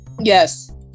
Yes